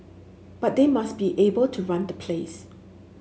but they must be able to run the place